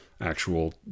actual